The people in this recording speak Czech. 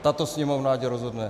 Tato Sněmovna ať rozhodne.